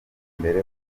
imbere